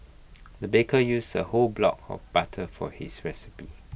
the baker used A whole block of butter for his recipe